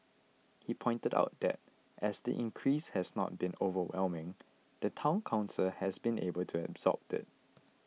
he pointed out that as the increase has not been overwhelming the Town Council has been able to absorb it